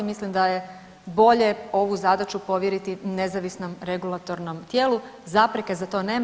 Mislim da je bolje ovu zadaću povjeriti nezavisnom regulatornom tijelu, zapreke za to nema.